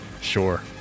Sure